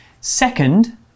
second